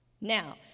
Now